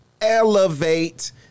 elevate